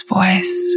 voice